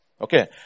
Okay